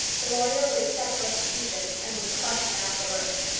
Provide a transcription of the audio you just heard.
the lawyer would accept restitution, and would crush him afterwards.